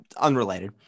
unrelated